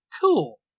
cool